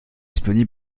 disponible